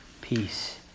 peace